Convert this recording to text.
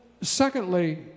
secondly